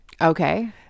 Okay